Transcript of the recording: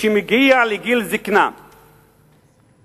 שמגיע לגיל זיקנה ונפסקת